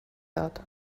thought